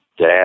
dad